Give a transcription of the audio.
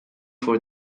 for